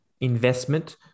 investment